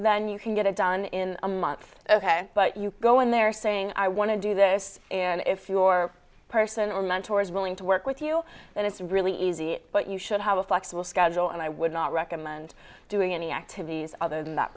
then you can get it done in a month ok but you go in there saying i want to do this and if your person or mentor is willing to work with you then it's really easy but you should have a flexible schedule and i would not recommend doing any activities other than that